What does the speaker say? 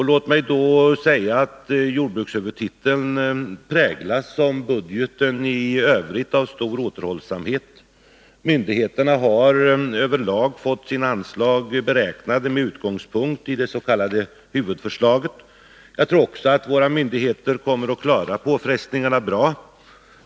Låt mig då säga att jordbrukshuvudtiteln präglas — som budgeten i övrigt — av stor återhållsamhet. Myndigheterna har över lag fått sina anslag beräknade med utgångspunkt i det s.k. huvudförslaget. Jag tror också att våra myndigheter kommer att klara påfrestningarna bra.